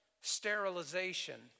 sterilization